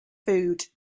food